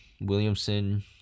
Williamson